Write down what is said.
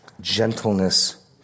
gentleness